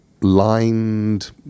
lined